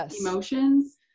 emotions